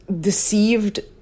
deceived